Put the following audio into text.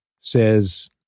says